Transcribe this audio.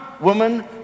woman